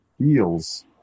feels